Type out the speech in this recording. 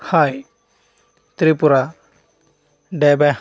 hi Tripura డేబా